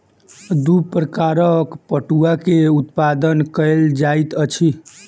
दू प्रकारक पटुआ के उत्पादन कयल जाइत अछि